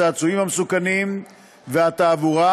הצעצועים המסוכנים והתעבורה,